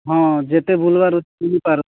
ହଁ ଯେତେ ବୁଲବାର ବୁଲିପାର